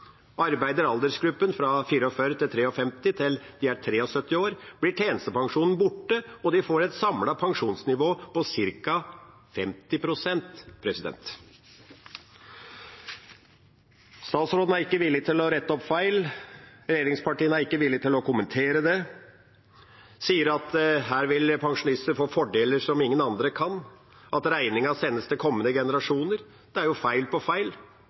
til 1953 arbeider til de er 73 år, blir tjenestepensjonen borte, og de får et samlet pensjonsnivå på ca. 50 pst. Statsråden er ikke villig til å rette opp feil, regjeringspartiene er ikke villig til å kommentere det og sier at her vil pensjonister få fordeler som ingen andre kan få, at regningen sendes til kommende generasjoner. Det er jo feil på feil.